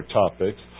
topics